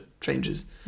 changes